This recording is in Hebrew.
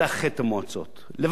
לבטל את המועצות הללו.